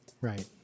right